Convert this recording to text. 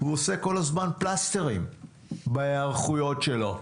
הוא שם כל הזמן פלסטרים בהיערכויות שלו.